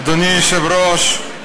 אדוני היושב-ראש,